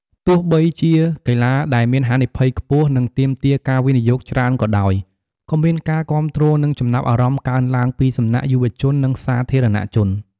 ទោះបីជាជាកីឡាដែលមានហានិភ័យខ្ពស់ និងទាមទារការវិនិយោគច្រើនក៏ដោយ ក៏មានការគាំទ្រ និងចំណាប់អារម្មណ៍កើនឡើងពីសំណាក់យុវជន និងសាធារណជន។